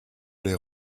les